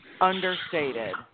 understated